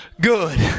Good